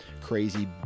crazy